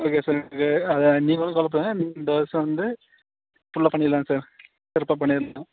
okay sir இது நீங்கள் ஒன்றும் கவலைப்படாதீங்க இந்த வருஷம் வந்து ஃபுல்லாக பண்ணிடலாம் சார் சிறப்பாக பண்ணிடலாம்